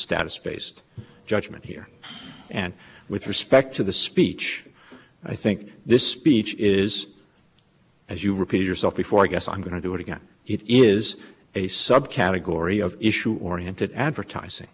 status based judgement here and with respect to the speech i think this speech is as you repeat yourself before i guess i'm going to do it again it is a subcategory of issue oriented advertising